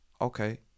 Okay